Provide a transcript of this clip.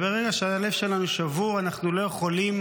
וברגע שהלב שלנו שבור, אנחנו לא יכולים